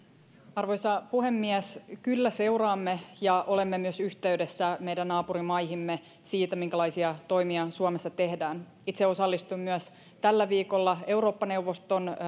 arvoisa puhemies kyllä seuraamme ja olemme yhteydessä meidän naapurimaihimme myös siitä minkälaisia toimia suomessa tehdään itse osallistuin tällä viikolla myös eurooppa neuvoston